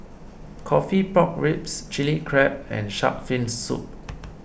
Coffee Pork Ribs Chilli Crab and Shark's Fin Soup